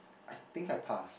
I think I pass